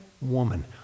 woman